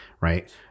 right